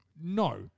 No